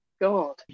God